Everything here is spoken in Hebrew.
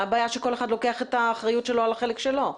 מה הבעיה שכל אחד לוקח את האחריות שלו על החלק שלו?